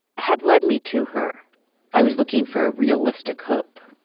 had led me to her i was looking for realistic hope,